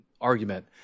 argument